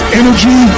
energy